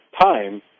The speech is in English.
time